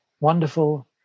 wonderful